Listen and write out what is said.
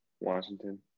Washington